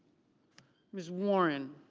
ms. warren.